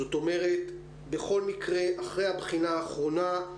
זאת אומרת בכל מקרה אחרי הבחינה האחרונה.